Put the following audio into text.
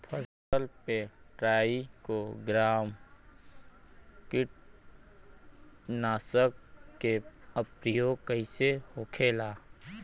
फसल पे trichogramma कीटनाशक के प्रयोग कइसे होखेला?